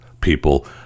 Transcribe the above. people